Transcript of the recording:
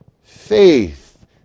faith